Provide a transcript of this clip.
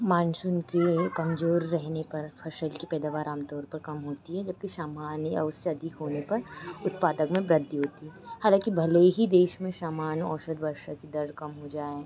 monsoon के कमज़ोर रहने पर फसल की पैदावार आमतौर पर कम होती है जबकि सामान्य या उससे अधिक होने पर उत्पाद में वृद्धि होती है हलाँकि भले ही देश में समान औसत वर्षा की दर कम हो जाए